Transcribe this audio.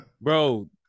Bro